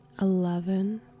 Eleven